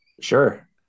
Sure